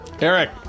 Eric